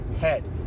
head